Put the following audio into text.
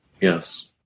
Yes